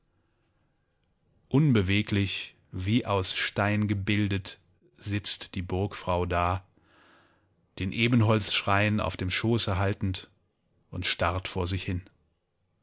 unbeweglich wie aus stein gebildet sitzt die burgfrau da den ebenholzschrein auf dem schoße haltend und starrt vor sich hin